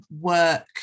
work